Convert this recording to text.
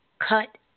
cut